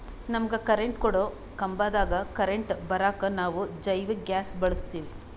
ನಮಗ ಕರೆಂಟ್ ಕೊಡೊ ಕಂಬದಾಗ್ ಕರೆಂಟ್ ಬರಾಕ್ ನಾವ್ ಜೈವಿಕ್ ಗ್ಯಾಸ್ ಬಳಸ್ತೀವಿ